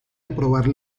aprobar